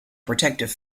protective